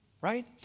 Right